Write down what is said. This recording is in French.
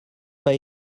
pas